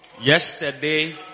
Yesterday